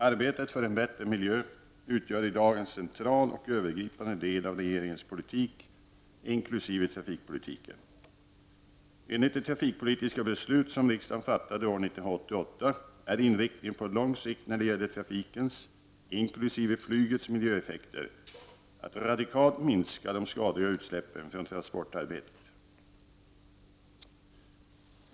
Arbetet för en bättre miljö utgör i dag en central och övergripande del av regeringens politik, inkl. trafikpolitiken. Enligt det trafikpolitiska beslut som riksdagen fattade år 1988 är inriktningen på lång sikt när det gäller trafikens miljöeffekter att radikalt minska de skadliga utsläppen från transportarbetet.